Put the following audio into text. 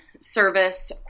service